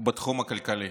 בתחום הכלכלי.